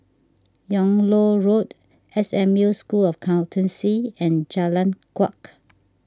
Yung Loh Road S M U School of Accountancy and Jalan Kuak